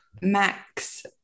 max